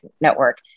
network